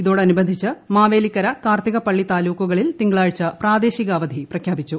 ഇതോടനുബന്ധിച്ച് മാവേലിക്കര കാർത്തികപ്പള്ളി താലൂക്കുകളിൽ തിങ്കളാഴ്ച പ്രാദേശിക അവധി പ്രഖ്യാപിച്ചു